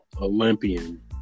Olympian